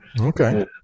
Okay